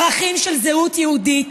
ערכים של זהות יהודית.